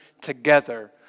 together